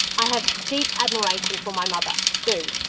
i have deep admiration for my mother, sue,